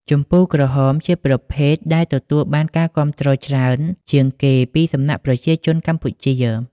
ជម្ពូក្រហម ជាប្រភេទដែលទទួលបានការគាំទ្រច្រើនជាងគេពីសំណាក់ប្រជាជនកម្ពុជា។